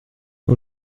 que